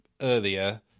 earlier